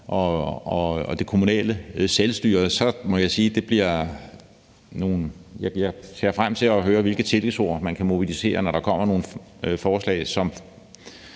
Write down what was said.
og det kommunale selvstyre, så ser jeg frem til at høre, hvilke tillægsord man kan mobilisere, når der kommer nogle forslag, som